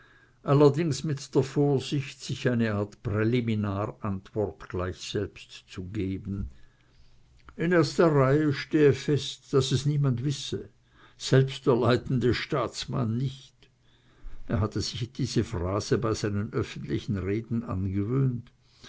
allerdings mit der vorsicht sich eine art präliminarantwort gleich selbst zu geben in erster reihe stehe fest daß es niemand wisse selbst der leitende staatsmann nicht er hatte sich diese phrase bei seinen öffentlichen reden angewöhnt